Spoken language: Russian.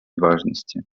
важности